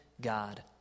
God